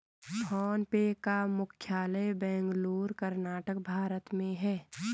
phone पे का मुख्यालय बेंगलुरु, कर्नाटक, भारत में है